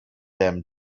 them